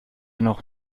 noch